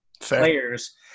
players